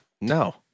No